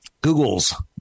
Google's